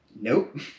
Nope